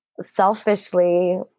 selfishly